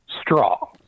straw